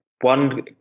one